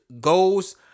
goes